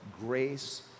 grace